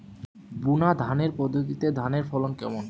বুনাধানের পদ্ধতিতে ধানের ফলন কেমন?